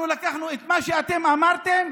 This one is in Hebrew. אנחנו לקחנו את מה שאתם אמרתם